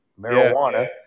marijuana